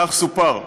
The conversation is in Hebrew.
כך סופר.